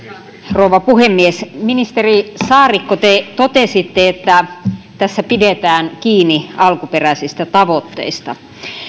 rouva puhemies ministeri saarikko te totesitte että tässä pidetään kiinni alkuperäisistä tavoitteista